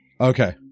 Okay